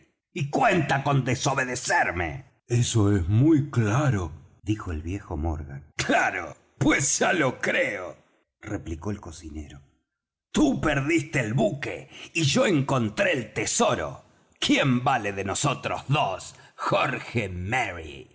y cuenta con desobedecerme eso es muy claro dijo el viejo morgan claro pues ya lo creo replicó el cocinero tú perdiste el buque y yo encontré el tesoro quién vale de nosotros dos jorge merry